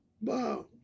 Wow